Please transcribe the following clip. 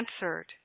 answered